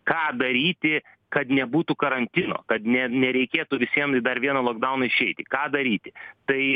ką daryti kad nebūtų karantino kad ne nereikėtų visiem į dar vieną lokdauną išeiti ką daryti tai